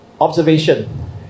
observation